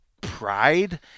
pride